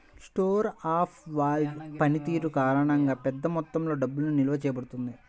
store of value పనితీరు కారణంగా, పెద్ద మొత్తంలో డబ్బు నిల్వ చేయబడుతుంది